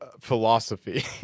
philosophy